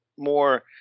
more